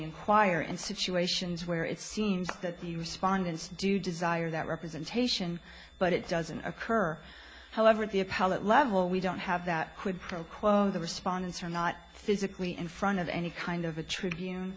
inquire and situations where it seems that the respondents do desire that representation but it doesn't occur however at the appellate level we don't have that quid pro quo the respondents are not physically in front of any kind of a tribune